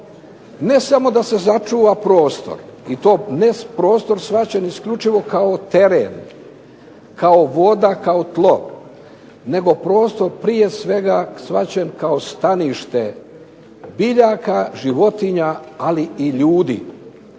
ne samo da se sačuva prostor i to ne prostor shvaćen isključivo kao teren, kao voda, kao tlo nego prostor prije svega shvaćen kao stanište biljaka, životinja, ali i ljudi.